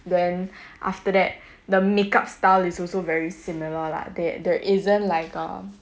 then after that the makeup style is also very similar lah there there isn't like a